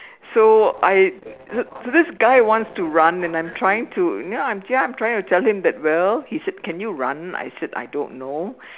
so I so this so this guy wants to run and I'm trying to ya ya I'm trying to tell him that well he said can you run I said I don't know